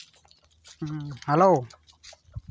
ᱦᱮᱸ ᱦᱮᱞᱳ